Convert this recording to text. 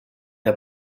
der